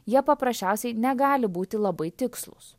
jie paprasčiausiai negali būti labai tikslūs